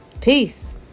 Peace